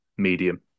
medium